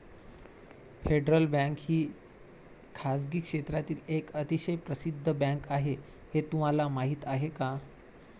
Federal Bank ही खासगी क्षेत्रातील एक अतिशय प्रसिद्ध बँक आहे हे तुम्हाला माहीत आहे का?